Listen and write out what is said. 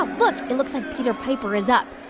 ah look. it looks like peter piper is up.